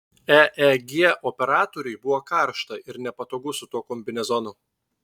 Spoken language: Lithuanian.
eeg operatoriui buvo karšta ir nepatogu su tuo kombinezonu